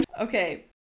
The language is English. Okay